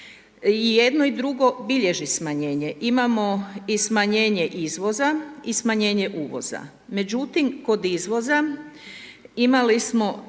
jedno i drugo bilježi smanjenje, imamo i smanjenje izvoza i smanjene uvoza. Međutim, kod izvoza imali smo